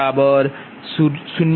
0 G22 0